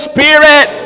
Spirit